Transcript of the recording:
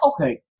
okay